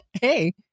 Hey